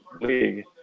league